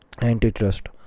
antitrust